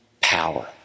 power